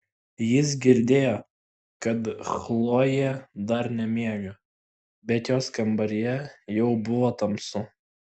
jis girdėjo kad chlojė dar nemiega bet jos kambaryje jau buvo tamsu